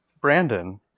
Brandon